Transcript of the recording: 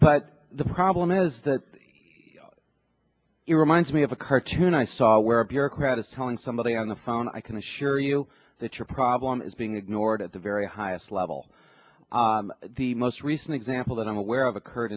but the problem is that it reminds me of a cartoon i saw where a bureaucrat is telling somebody on the phone i can assure you that your problem is being ignored at the very highest level the most recent example that i'm aware of occurred